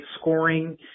scoring